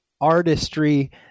artistry